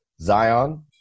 Zion